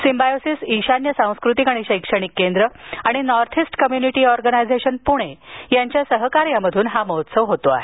symbiosis ईशान्य सांस्कृतिक आणि शैक्षणिक केंद्र आणि North East Community Organisation Pune यांच्या सहकार्यातून हा महोत्सव होत आहे